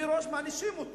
מראש מענישים אותו,